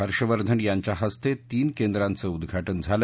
हर्षवर्धन यांच्या हस्ते तीन केंद्रांचं उद्घाटन झालं